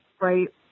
right